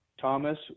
Thomas